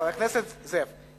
חבר הכנסת זאב,